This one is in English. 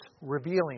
revealing